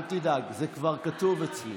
אל תדאג, זה כבר כתוב אצלי.